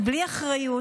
בלי אחריות,